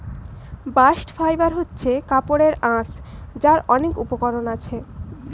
bast fibre হচ্ছে কাপড়ের আঁশ যার অনেক উপকরণ আছে